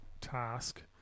task